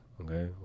okay